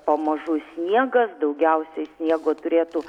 pamažu sniegas daugiausiai sniego turėtų